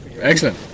Excellent